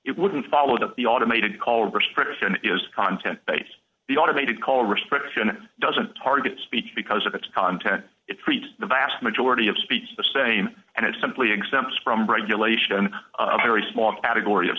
it wouldn't follow that the automated call restriction is content based the automated call restriction doesn't target speech because of its content it treats the vast majority of speech the same and it's simply exempt from regulation of a very small category of